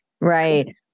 Right